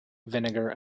vinegar